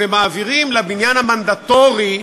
ומעבירים לבניין המנדטורי,